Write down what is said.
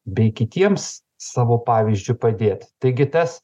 bei kitiems savo pavyzdžiu padėti taigi tas